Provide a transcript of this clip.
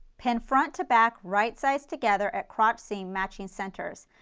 pin front to back right sides together at crotch seam matching centers.